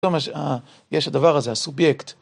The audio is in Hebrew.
יש הדבר הזה הסובייקט